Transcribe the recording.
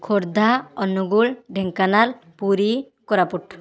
Khordha Angul Dhenkanal Puri Koraput